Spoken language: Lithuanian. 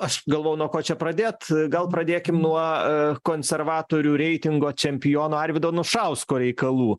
aš galvojau nuo ko čia pradėt gal pradėkim nuo konservatorių reitingo čempiono arvydo anušausko reikalų